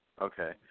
Okay